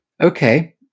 Okay